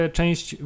część